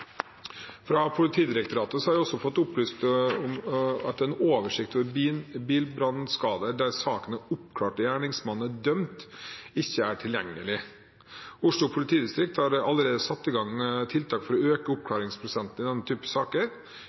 Fra Politidirektoratet har jeg også fått opplyst at en oversikt over bilbrannskader der saken er oppklart og gjerningsmannen dømt, ikke er tilgjengelig. Oslo politidistrikt har allerede satt i gang tiltak for å øke oppklaringsprosenten i denne typen saker.